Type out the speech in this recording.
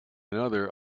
another